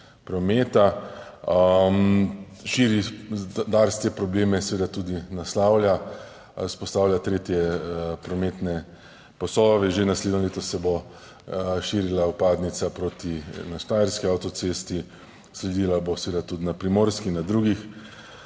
prometa, širi. Dars te probleme seveda tudi naslavlja, vzpostavlja tretje prometne pasove. Že naslednje leto se bo širila vpadnica proti, na štajerski avtocesti, sledila bo seveda tudi na primorski, na drugih